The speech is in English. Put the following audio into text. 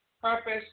purpose